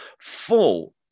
full